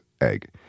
egg